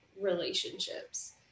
relationships